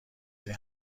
این